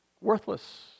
Worthless